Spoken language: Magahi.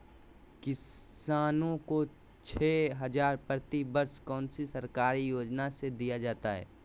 किसानों को छे हज़ार प्रति वर्ष कौन सी सरकारी योजना से दिया जाता है?